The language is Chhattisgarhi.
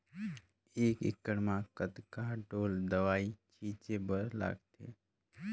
एक एकड़ म कतका ढोल दवई छीचे बर लगथे?